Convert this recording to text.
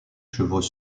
chevaux